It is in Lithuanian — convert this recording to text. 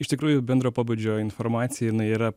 iš tikrųjų bendro pobūdžio informacija jinai yra